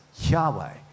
Yahweh